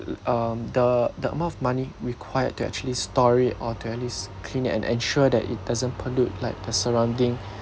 um the the amount of money required to actually store it or to at least clean and ensure that it doesn't pollute like the surrounding